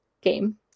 game